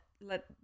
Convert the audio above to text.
let